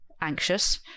anxious